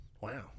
Wow